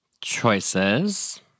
Choices